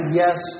yes